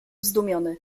zdumiony